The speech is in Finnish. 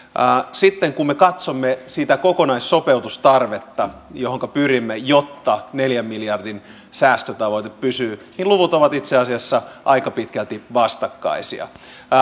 sitten kun me katsomme sitä kokonaissopeutustarvetta johonka pyrimme jotta neljän miljardin säästötavoite pysyy niin luvut ovat itse asiassa aika pitkälti vastakkaisia